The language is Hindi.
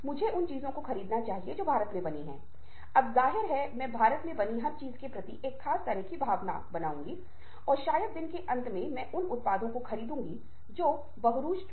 हम एक क्विज़ के साथ शुरुआत करेंगे ताकि यह पता लगाया जा सके कि आप अपने स्वयं के सुनने के बारे में कैसा महसूस करते हैं